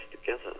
together